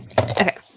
Okay